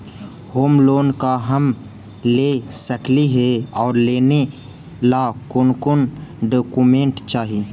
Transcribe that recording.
Home loan का हम ले सकली हे, और लेने ला कोन कोन डोकोमेंट चाही?